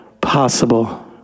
possible